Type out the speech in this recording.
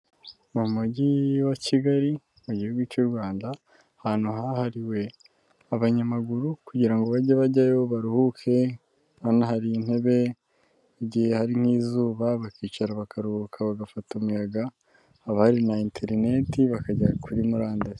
Mu mujyi wa kigali mu gihugu cy'u Rwanda ahantu hahariwe abanyamaguru kugira ngo bajye bajyayo baruhuke, urabona hari intebe igihe hari nk'izuba bakicara bakaruhuka bagafata umuyaga, haba hari na interineti bakajya kuri murandasi.